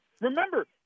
Remember